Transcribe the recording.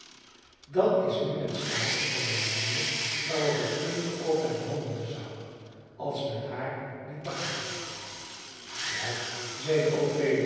dat is nu een staaltje van de manier waarop het kind altijd handelen zou als men haar liet begaan wel zeide